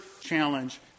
challenge